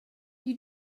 you